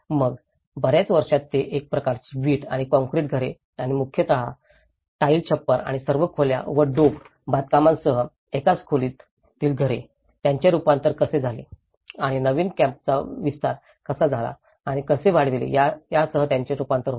मग बर्याच वर्षांत ते एका प्रकारचे विट आणि काँक्रीट घरे आणि मुख्यतः टाइल छप्पर आणि सर्व खोल्या व डोब बांधकामासह एकाच खोलीतील घरे त्यांचे रूपांतर कसे झाले आणि नवीन कॅम्पचा विस्तार कसा झाला आणि कसे वाढविले यासह त्यांचे रूपांतर होते